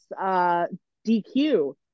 DQ